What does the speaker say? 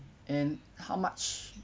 and how much